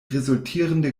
resultierende